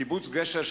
קיבוץ גשר,